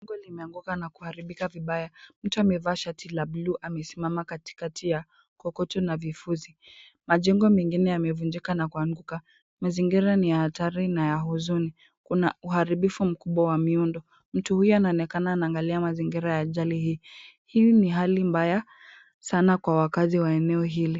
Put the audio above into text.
Jengo limeanguka na kuharibika vibaya, mtu amevaa shati la bluu amesimama katikati ya kokoto na vifuzi, majengo mengine yamevunjika na kuanguka, mazingira ni ya hatari na ya huzuni, kuna uharibifu mkubwa wa miundo, mtu huyu anaonekana anaangalia mazingira ya ajali hii, hii ni hali mbaya sana kwa wakazi wa eneo hili.